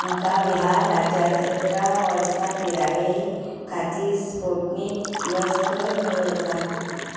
म्हाका बिहार राज्यांत अठरा वर्सा पिराये खातीर स्पुटनिक लस खंय मेळूं येता